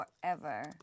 Forever